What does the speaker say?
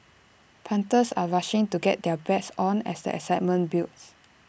punters are rushing to get their bets on as the excitement builds